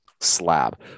slab